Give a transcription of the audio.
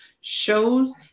shows